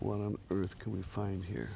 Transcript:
what on earth can we find here